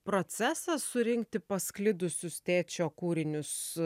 procesas surinkti pasklidusius tėčio kūrinius